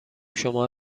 شما